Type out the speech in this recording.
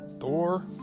Thor